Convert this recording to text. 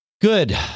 good